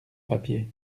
papier